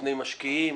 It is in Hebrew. בפני משקיעים,